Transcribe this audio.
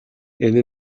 энэ